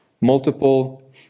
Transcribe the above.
multiple